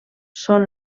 són